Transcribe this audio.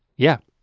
yeah.